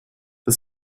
the